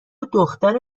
دختر